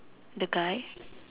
the guy